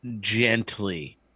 gently